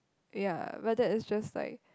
ya but that is just like